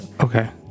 Okay